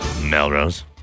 Melrose